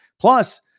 plus